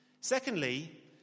Secondly